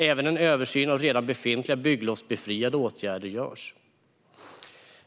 Även en översyn av redan befintliga bygglovsbefriade åtgärder görs.